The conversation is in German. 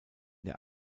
der